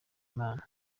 imana